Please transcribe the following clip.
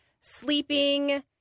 sleeping